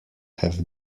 have